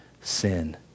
sin